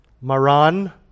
Maran